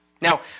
Now